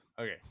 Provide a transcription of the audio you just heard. okay